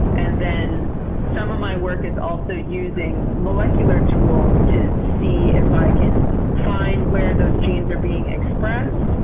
and then some of my work is also using molecular tools to see if i can find where those genes are being expressed,